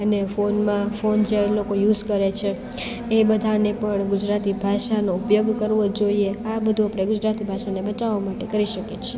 અને ફોનમાં ફોન જે લોકો યુસ કરે છે એ બધાને પણ ગુજરાતી ભાષાનો ઉપયોગ કરવો જોઈએ આ બધુ આપણે ગુજરાતી ભાષાને બચાવવા માટે કરી શકીએ છીએ